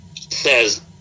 says